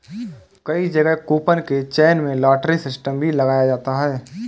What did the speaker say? कई जगह कूपन के चयन में लॉटरी सिस्टम भी लगाया जाता है